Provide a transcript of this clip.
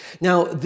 Now